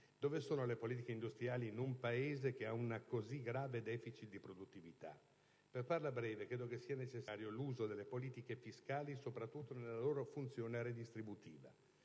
Dove sono le politiche industriali in un Paese che ha un così grave *deficit* di produttività? Per farla breve, credo sia necessario l'uso delle politiche fiscali, soprattutto nella loro funzione redistributiva.